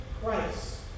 Christ